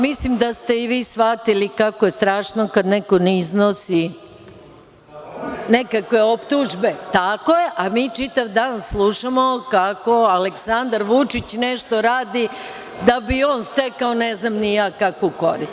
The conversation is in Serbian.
Mislim da ste i vi shvatili kako je strašno kada neko iznosi nekakve optužbe, a mi čitav dan slušamo kako Aleksandar Vučić nešto radi da bi stekao ne znam ni ja kakvu korist.